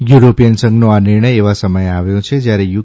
European સંઘનો આ નિર્ણય એવા સમયે આવ્યો છે જ્યારે યુ